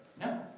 No